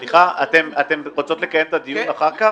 סליחה, תקיימו את הדיון ביניכן אחר כך.